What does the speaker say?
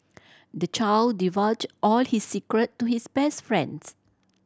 the child divulged all his secret to his best friends